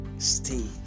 Stay